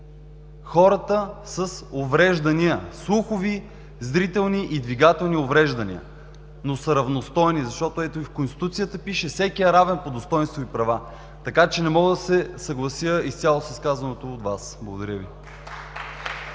хората с увреждания – слухови, зрителни и двигателни, са равностойни, защото и в Конституцията пише, че всеки е равен по достойнство и права. Така че не мога да се съглася изцяло с казаното от Вас. Благодаря Ви.